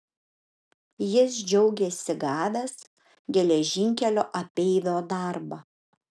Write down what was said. jis džiaugėsi gavęs geležinkelio apeivio darbą